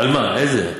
על מה, איזה?